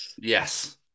Yes